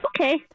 okay